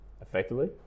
effectively